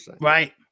Right